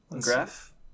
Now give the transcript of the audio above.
Graph